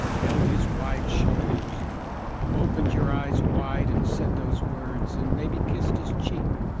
held his wide shoulders opened your eyes wide and said those words and maybe kissed his cheek?